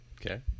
Okay